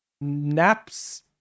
naps